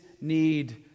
need